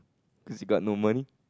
cause you got no money